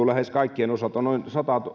lähes kaikkien osalta